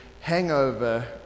hangover